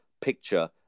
picture